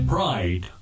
Pride